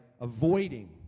avoiding